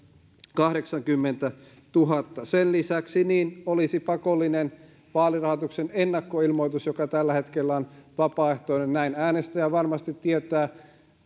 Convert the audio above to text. kahdeksankymmentätuhatta sen lisäksi olisi pakollinen vaalirahoituksen ennakkoilmoitus joka tällä hetkellä on vapaaehtoinen näin äänestäjä varmasti tietää